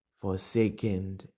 forsaken